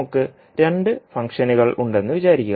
നമുക്ക് രണ്ട് ഫംഗ്ഷനുകളുണ്ടെന്ന് വിചാരിക്കുക